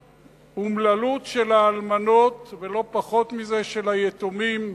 לאומללות של האלמנות, ולא פחות מזה של היתומים,